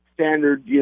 standard